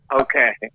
Okay